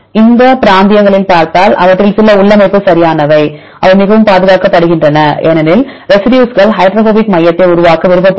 இந்த பிராந்தியங்களில் பார்த்தால் அவற்றில் சில உள்ளமைப்பு சரியானவை அவை மிகவும் பாதுகாக்கப்படுகின்றன ஏனெனில் ரெசிடியூஸ்கள் ஹைட்ரோபோபிக் மையத்தை உருவாக்க விரும்பப்படுகின்றன